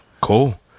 Cool